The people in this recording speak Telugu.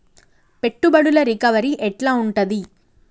పెట్టుబడుల రికవరీ ఎట్ల ఉంటది?